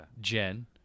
Jen